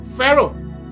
Pharaoh